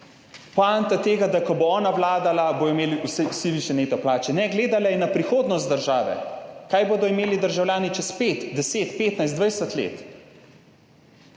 poanta tega, da ko bo ona vladala, bodo imeli vsi višje neto plače. Ne, gledala je na prihodnost države, kaj bodo imeli državljani čez 5, 10, 15, 20 let